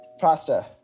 Pasta